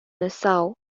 nassau